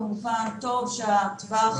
כמובן טוב שטווח